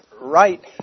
right